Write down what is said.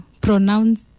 pronounce